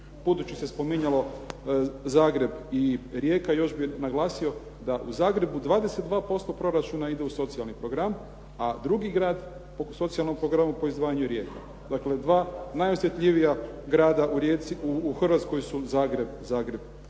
budući se spominjalo Zagreb ili Rijeka još bih naglasio da u Zagrebu 22% proračuna ide u socijalni program, a drugi grad po socijalnom programu po izdvajanju je Rijeka. Dakle, dva najosjetljivija grada u Hrvatskoj su Zagreb i